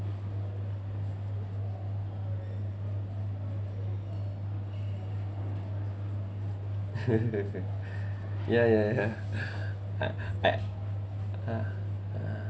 ya ya ya I I uh uh